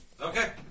Okay